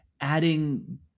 adding